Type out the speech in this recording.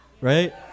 Right